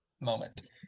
moment